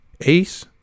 Ace